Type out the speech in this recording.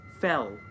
fell